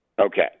Okay